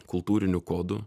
kultūrinių kodų